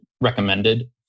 recommended